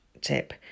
tip